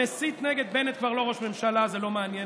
שמסית נגד בנט, כבר לא ראש ממשלה, זה לא מעניין.